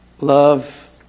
Love